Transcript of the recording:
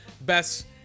best